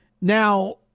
Now